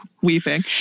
weeping